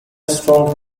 strong